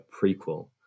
prequel